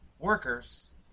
Workers